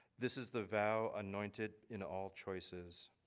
this is the vow anointed in all choices.